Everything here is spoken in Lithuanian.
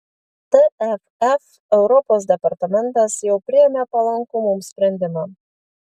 tvf europos departamentas jau priėmė palankų mums sprendimą